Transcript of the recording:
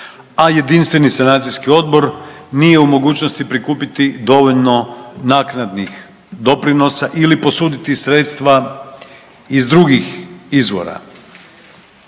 a Jedinstveni sanacijski odbor nije u mogućnosti prikupiti dovoljno naknadnih doprinosa ili posuditi sredstva iz drugih izvora.